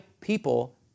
people